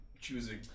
Choosing